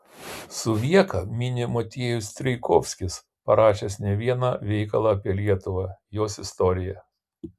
suvieką mini motiejus strijkovskis parašęs ne vieną veikalą apie lietuvą jos istoriją